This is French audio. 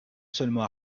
seulement